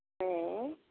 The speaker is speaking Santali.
ᱦᱮᱸᱻ